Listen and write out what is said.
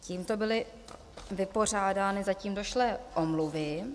Tímto byly vypořádány zatím došlé omluvy.